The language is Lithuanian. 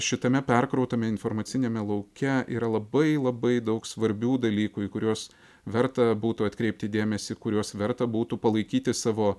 šitame perkrautame informaciniame lauke yra labai labai daug svarbių dalykų į kuriuos verta būtų atkreipti dėmesį kuriuos verta būtų palaikyti savo